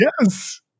Yes